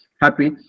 happy